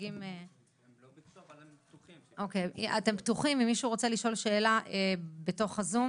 אתם פתוחים, ואם מישהו רוצה לשאול שאלה בתוך הזום